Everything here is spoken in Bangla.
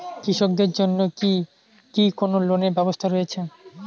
কৃষকদের জন্য কি কি লোনের ব্যবস্থা রয়েছে?